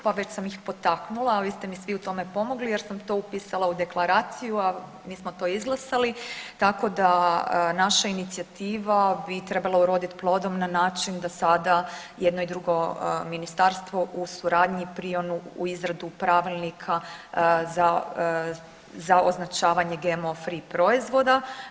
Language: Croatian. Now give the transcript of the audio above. Pa već sam ih potaknula, a vi ste mi svi u tome pomogli jer sam to upisala u deklaraciju, a mi smo to izglasali, tako da naša inicijativa bi trebala urodit plodom na način da sada i jedno i drugo ministarstvo u suradnji prionu u izradu pravilnika za, za označavanje GMO free proizvoda.